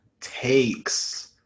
takes